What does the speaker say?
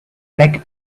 black